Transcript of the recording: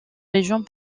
région